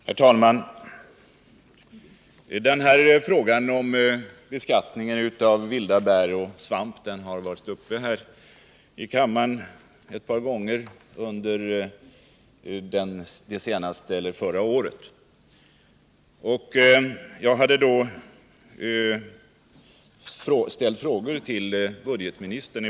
Herr talman! Frågan om beskattningen av vilda bär och svamp var uppe ett par gånger här i kammaren under förra året. Jag hade i båda fallen ställt frågor till budgetministern.